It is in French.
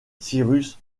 cyrus